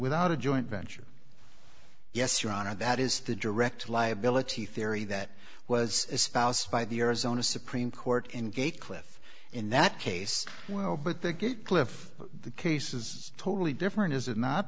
without a joint venture yes your honor that is the direct liability theory that was a spouse by the arizona supreme court engaged cliff in that case well but they get cliff the case is totally different is it not